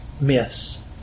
myths